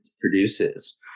produces